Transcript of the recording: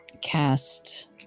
cast